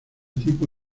tipo